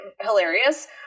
hilarious